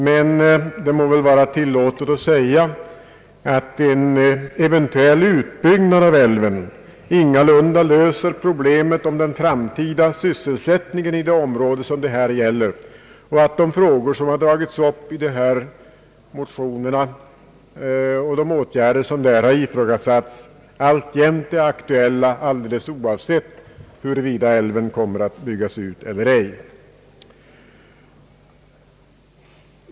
Men det må vara tillåtet att säga att en eventuell utbyggnad av älven ingalunda löser problemet om den framtida sysselsättningen i ifrågavarande område och att de frågor som har tagits upp i dessa motioner och de åtgärder som har ifrågasatts är aktuella alldeles oavsett huruvida älven kommer att byggas ut eller ej.